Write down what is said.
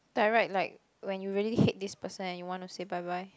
direct like when you really hate this person and you wanna say bye bye